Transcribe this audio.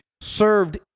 served